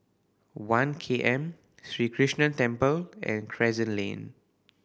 One K M Sri Krishnan Temple and Crescent Lane